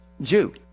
Jew